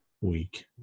week